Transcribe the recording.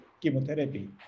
chemotherapy